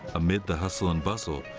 amid the hustle and bustle,